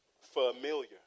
familiar